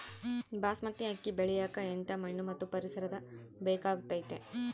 ಬಾಸ್ಮತಿ ಅಕ್ಕಿ ಬೆಳಿಯಕ ಎಂಥ ಮಣ್ಣು ಮತ್ತು ಪರಿಸರದ ಬೇಕಾಗುತೈತೆ?